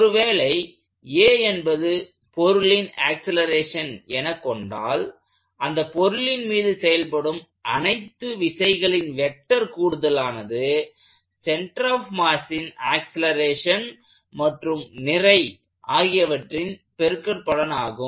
ஒருவேளை a என்பது பொருளின் ஆக்சலேரேஷன் எனக் கொண்டால் அந்த பொருளின் மீது செயல்படும் அனைத்து விசைகளின் வெக்டர் கூடுதலானது சென்டர் ஆப் மாஸின் ஆக்சலேரேஷன் மற்றும் நிறை ஆகியவற்றின் பெருக்கல் பலனாகும்